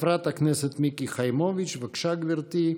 חברת הכנסת מיקי חיימוביץ', בבקשה, גברתי.